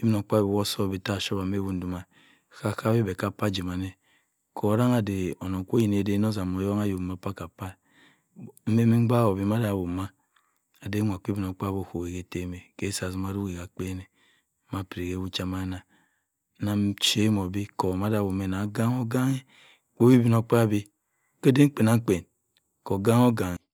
obinokpabi wo osu beh ashawa ma ewu do ma ku sang ade owong kwu iyen-ke eden of onha ayok mbi pum-appa mmebembe ibaak ku beh. Ade women ade. inwa kwu obin okpabi suk eten ke-si atamu o rok ma akpen ma bira ma ewo cha mana. nshamu beh kpowa-ibino-kpabi ke-edam kpen-akpen ku-gan he-gan he